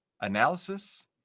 analysis